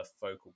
focal